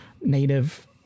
native